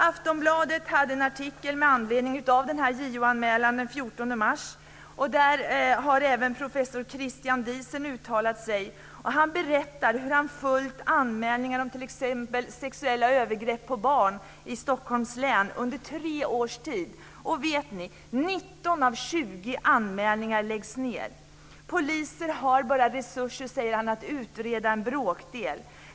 Aftonbladet hade en artikel med anledning av denna JO-anmälan den 14 mars. Där har även professor Christian Diesen uttalat sig. Han berättar hur han följt anmälningar av t.ex. sexuella övergrepp på barn i Stockholms län under tre års tid. 19 av 20 undersökningar läggs ned! Poliser har bara resurser, säger han, till att utreda en bråkdel.